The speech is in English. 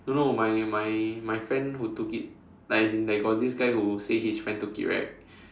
no no my my my friend who took it like as in like got this guy who say his friend took it right